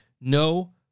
no